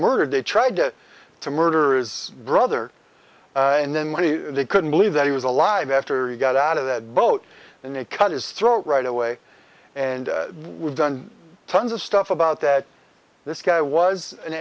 murdered they tried to murder is brother and then they couldn't believe that he was alive after he got out of that boat and they cut his throat right away and we've done tons of stuff about that this guy was an